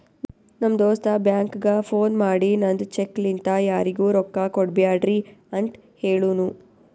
ನಮ್ ದೋಸ್ತ ಬ್ಯಾಂಕ್ಗ ಫೋನ್ ಮಾಡಿ ನಂದ್ ಚೆಕ್ ಲಿಂತಾ ಯಾರಿಗೂ ರೊಕ್ಕಾ ಕೊಡ್ಬ್ಯಾಡ್ರಿ ಅಂತ್ ಹೆಳುನೂ